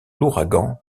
l’ouragan